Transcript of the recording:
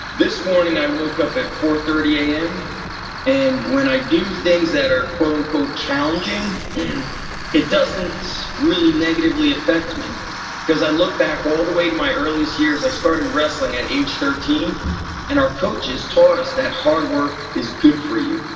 this morning i woke up at four thirty am and when i do things that are um challenging it doesn't really negatively affect me because i look back all the way to my earliest years. i started wrestling at age thirteen and our coaches taught us that hard work is good for you,